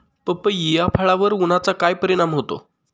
पपई या फळावर उन्हाचा काय परिणाम होतो?